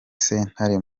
sentare